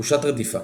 תחושת רדיפה.